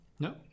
No